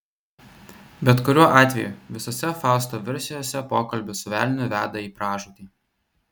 bet kuriuo atveju visose fausto versijose pokalbis su velniu veda į pražūtį